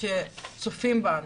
אני יודעת שצופים בנו,